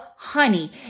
honey